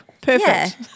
perfect